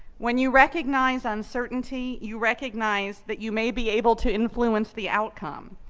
when you recognize uncertainty, you recognize that you may be able to influence the outcome,